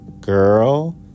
girl